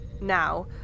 now